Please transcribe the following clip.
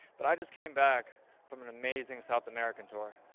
but i just came back from an amazing south american tour,